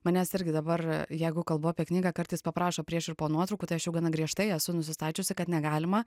manęs irgi dabar jeigu kalbu apie knygą kartais paprašo prieš ir po nuotraukų tai aš jau gana griežtai esu nusistačiusi kad negalima